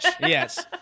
Yes